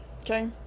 okay